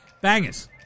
bangers